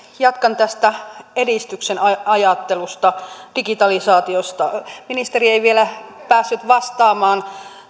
jatkan tästä edistyksen ajattelusta digitalisaatiosta ministeri ei vielä päässyt vastaamaan